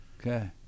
Okay